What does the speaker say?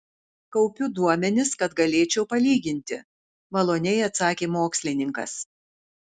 kaupiu duomenis kad galėčiau palyginti maloniai atsakė mokslininkas